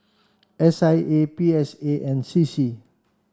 S I A P S A and C C